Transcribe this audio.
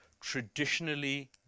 traditionally